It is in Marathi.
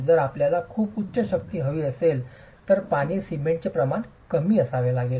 जर आपल्याला खूप उच्च शक्ती हवी असेल तर पाणी सिमेंटचे प्रमाण कमी करावे लागेल